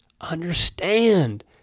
understand